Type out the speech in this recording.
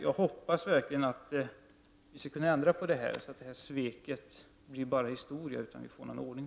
Jag hoppas verkligen att vi skall ändra på detta, så att sveket blir historia och vi får någon ordning.